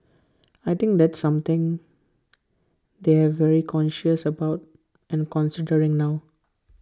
I think that's something they're very conscious about and considering now